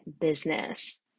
business